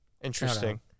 interesting